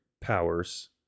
powers